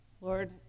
Lord